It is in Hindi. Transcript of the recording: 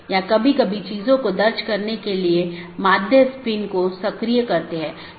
या एक विशेष पथ को अमान्य चिह्नित करके अन्य साथियों को विज्ञापित किया जाता है